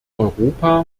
europa